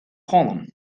column